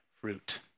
fruit